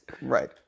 Right